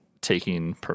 taking